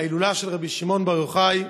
ההילולה של רבי שמעון בר-יוחאי.